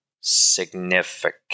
significant